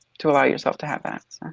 to allow yourself to have that.